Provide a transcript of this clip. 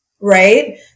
right